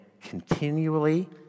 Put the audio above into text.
continually